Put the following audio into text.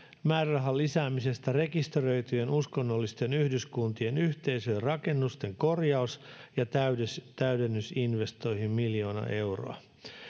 määrärahan lisäämisestä rekisteröityjen uskonnollisten yhdyskuntien ja yhteisöjen rakennusten korjaus ja täydennysinvestointeihin miljoona euroa